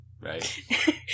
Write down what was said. right